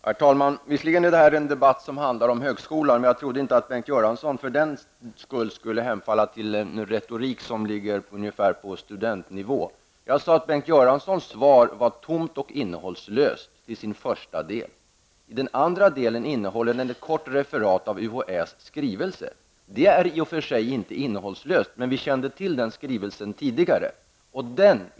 Herr talman! Visserligen är detta en debatt som handlar om högskolan, men jag trodde inte att Bengt Göransson för den skull skulle hemfalla till en retorik som ligger ungefär på studentnivå. Jag sade att Bengt Göranssons svar var tomt och och innehållslöst i sin första del. I sin andra del innehåller det ett kort referat av UHÄs skrivelse. Det är ju i och för sig inte innehållslöst, men vi kände till den skrivelsen tidigare.